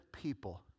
people